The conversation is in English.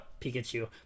Pikachu